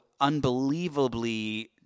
unbelievably